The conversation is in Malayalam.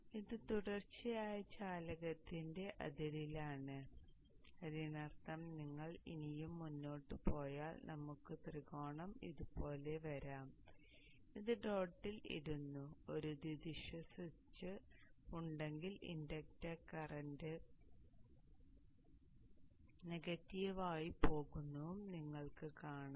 അതിനാൽ ഇത് തുടർച്ചയായ ചാലകത്തിന്റെ അതിരിലാണ് അതിനർത്ഥം നിങ്ങൾ ഇനിയും മുന്നോട്ട് പോയാൽ നമുക്ക് ത്രികോണം ഇതുപോലെ വരാം ഞാൻ ഇത് ഡോട്ടിൽ ഇടുന്നു ഒരു ദ്വിദിശ സ്വിച്ച് ഉണ്ടെങ്കിൽ ഇൻഡക്റ്റർ കറന്റ് നെഗറ്റീവ് ആയി പോകുന്നത് നിങ്ങൾ കാണും